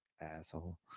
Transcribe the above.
asshole